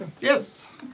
Yes